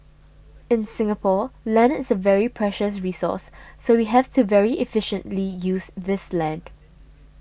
in Singapore land is a very precious resource so we have to very efficiently use this land